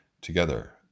together